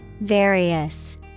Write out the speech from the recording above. Various